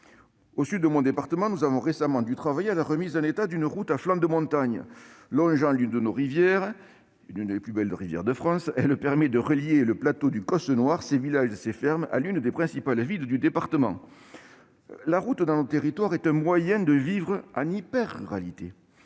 Au sud de mon département, nous avons récemment dû travailler à la remise en état d'une route à flanc de montagne. Longeant l'une de nos rivières- l'une des plus belles de France -, la route en question permet de relier le plateau du Causse noir, ses villages et ses fermes à l'une des principales villes du département. Dans nos territoires, la route est un moyen de vivre en hyper-ruralité